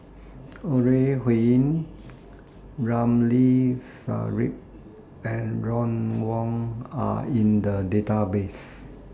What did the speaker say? Ore Huiying Ramli Sarip and Ron Wong Are in The Database